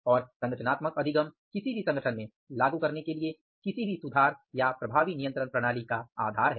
और संगठनात्मक अधिगम किसी भी संगठन में लागू करने के लिए किसी भी सुधार या प्रभावी नियंत्रण प्रणाली का आधार है